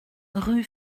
rue